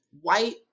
white